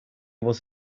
was